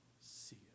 see